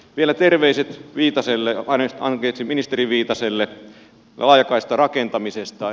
vielä terveiset ministeri viitaselle laajakaistarakentamisesta